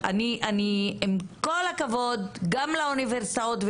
עם כל הכבוד גם לאוניברסיטאות,